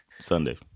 Sunday